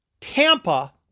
Tampa